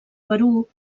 perú